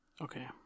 Okay